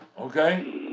okay